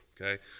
Okay